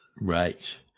Right